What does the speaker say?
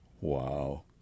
Wow